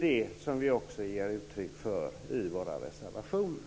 Detta ger vi uttryck för i våra reservationer.